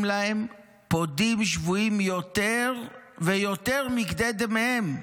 להם פודים השבויים יותר ויותר מכדי דמיהם,